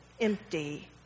Empty